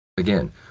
Again